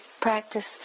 practice